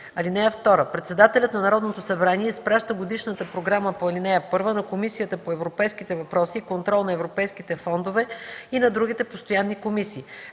й. (2) Председателят на Народното събрание изпраща годишната програма по ал. 1 на Комисията по европейските въпроси и контрол на европейските фондове и на другите постоянни комисии.